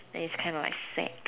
then he's kind of like sad